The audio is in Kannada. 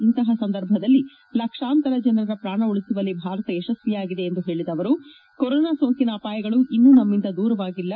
ಇಂತಹ ಸಂದರ್ಭದಲ್ಲಿ ಲಕ್ಷಾಂತರ ಜನರ ಪ್ರಾಣ ಉಳಿಸುವಲ್ಲಿ ಭಾರತ ಯಶಸ್ವಿಯಾಗಿದೆ ಎಂದು ಪೇಳದ ಅವರು ಕೊರೊನಾ ಸೋಂಕಿನ ಅಪಾಯಗಳು ಇನ್ನೂ ನಮ್ದಿಂದ ದೂರವಾಗಿಲ್ಲ